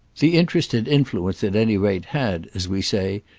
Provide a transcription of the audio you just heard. the interested influence at any rate had, as we say,